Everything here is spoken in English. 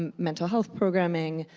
um mental health programming,